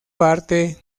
parte